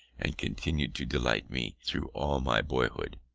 and continued to delight me through all my boyhood.